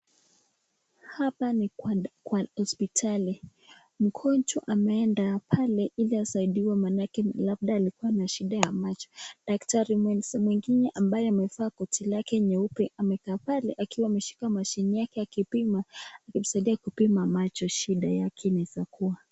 Hapa ni kwa hospitali, mgonjwa ameenda pale hili asaidiwe maanake labda alikuwa na shida ya macho . Daktari mwingine ambaye amevaa koti nyeupe amekaa pale akiwa ameshika machine yake ya kupima akimsaidia kupima macho shida yake inaeza kuwa.